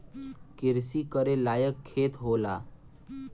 किरसी करे लायक खेत होला